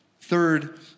Third